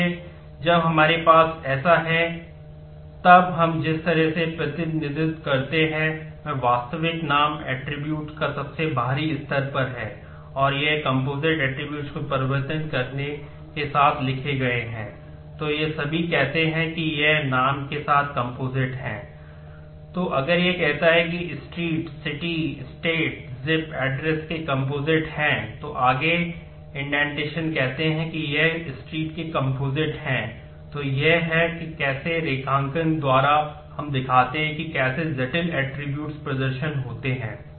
इसलिए जब हमारे पास ऐसा है तब हम जिस तरह से प्रतिनिधित्व करते हैं वह वास्तविक नाम ऐट्रिब्यूट प्रदर्शन होते हैं